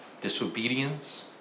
disobedience